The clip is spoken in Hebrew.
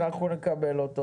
אנחנו נקבל אותו